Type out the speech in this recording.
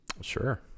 Sure